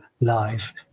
life